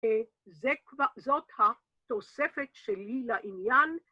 ‫זאת התוספת שלי לעניין.